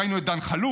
ראינו את דן חלוץ,